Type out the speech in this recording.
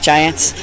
Giants